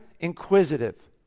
inquisitive